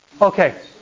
Okay